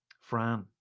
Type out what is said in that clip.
Fran